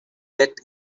that